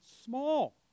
small